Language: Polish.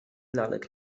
lalek